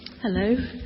Hello